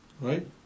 right